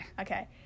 Okay